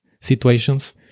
situations